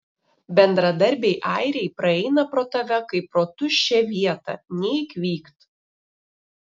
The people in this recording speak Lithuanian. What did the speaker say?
bendradarbiai airiai praeina pro tave kaip pro tuščią vietą nei kvykt